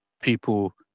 people